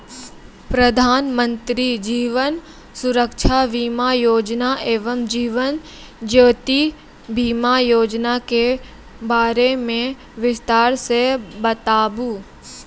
प्रधान मंत्री जीवन सुरक्षा बीमा योजना एवं जीवन ज्योति बीमा योजना के बारे मे बिसतार से बताबू?